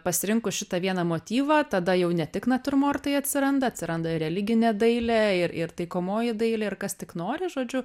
pasirinkus šitą vieną motyvą tada jau ne tik natiurmortai atsiranda atsiranda religinė dailė ir ir taikomoji dailė ir kas tik nori žodžiu